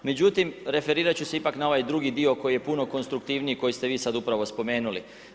Međutim, referirati ću se ipak na ovaj drugi dio koji je puno konstruktivniji koji ste vi sada upravo spomenuli.